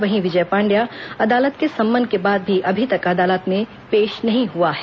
वहीं विजय पांड्या अदालत के सम्मन के बाद भी अभी तक अदालत में पेश नहीं हुआ है